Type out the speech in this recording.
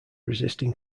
resisting